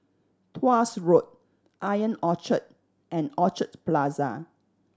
Tuas Road Ion Orchard and Orchard Plaza